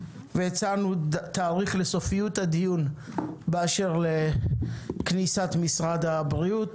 והצענו תאריך לסופיות הדיון באשר לכניסת משרד הבריאות,